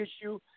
issue